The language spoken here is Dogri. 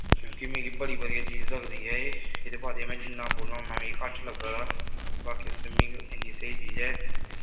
क्योंकि मिगी बड़ी बधियै चीज लगदी ऐ एह् एह्दे बारे ई में जि'न्ना बोला उ'न्ना मिगी घट्ट लग्गा दा बाकी मिगी इ'न्नी स्हेई चीज ऐ